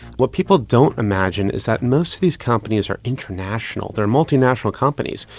what people don't imagine is that most of these companies are international, they're multi-national companies.